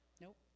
Nope